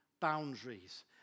boundaries